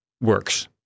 works